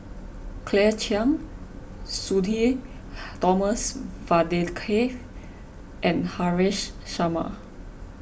Claire Chiang Sudhir Thomas Vadaketh and Haresh Sharma